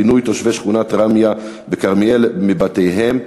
פינוי תושבי שכונת ראמיה בכרמיאל מבתיהם,